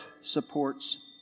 supports